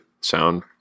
sound